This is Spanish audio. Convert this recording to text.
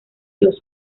los